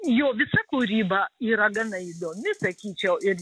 jo visa kūryba yra gana įdomi sakyčiau ir